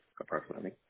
approximately